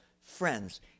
friends